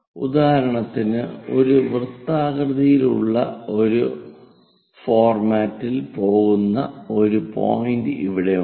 ഉദാഹരണത്തിന് ഒരു വൃത്താകൃതിയിലുള്ള ഫോർമാറ്റിൽ പോകുന്ന ഒരു പോയിന്റ് ഇവിടെയുണ്ട്